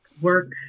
work